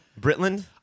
Britland